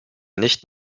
nicht